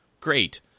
great